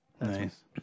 Nice